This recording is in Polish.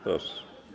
Proszę.